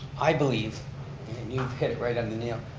i believe and you've hit it right on the nail.